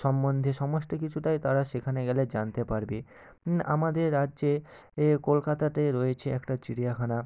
সম্বন্ধে সমস্ত কিছুটাই তারা সেখানে গেলে জানতে পারবে আমাদের রাজ্যে এ কলকাতাতে রয়েছে একটা চিড়িয়াখানা